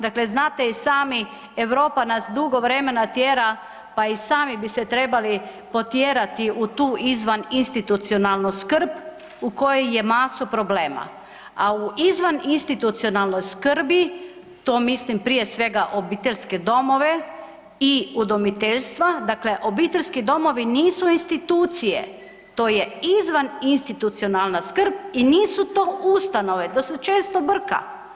Dakle znate i sami Europa nas dugo vremena tjera, pa i sami bi se trebali potjerati u tu izvan institucionalnu skrb u kojoj je masu problema, a u izvan institucionalnoj skrbi, to mislim prije svega obiteljske domove i udomiteljstva, dakle obiteljski domovi nisu institucije, to je izvan institucionalna skrb i nisu to ustanove, to se često brka.